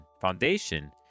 Foundation